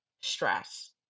stress